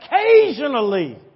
occasionally